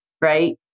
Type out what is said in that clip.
Right